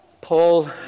Paul